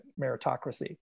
meritocracy